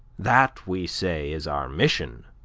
that we say is our mission.